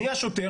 נהיה שוטר.